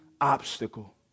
obstacle